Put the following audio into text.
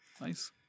Nice